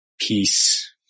Peace